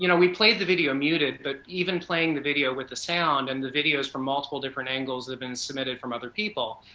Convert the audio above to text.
you know we played the video muted, but even playing the video with the sound, and the video from multiple different angles that have been submitted from other people.